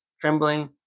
trembling